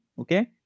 okay